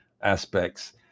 aspects